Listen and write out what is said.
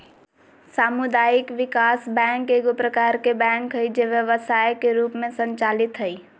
सामुदायिक विकास बैंक एगो प्रकार के बैंक हइ जे व्यवसाय के रूप में संचालित हइ